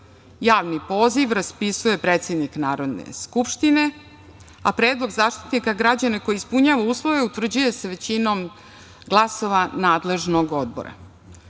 poziv raspisuje predsednik Narodne skupštine, a Predlog zaštitnika građana koji ispunjuje uslove, utvrđuje se većinom glasova nadležnog